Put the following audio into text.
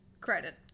Credit